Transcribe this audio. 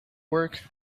work